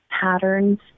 patterns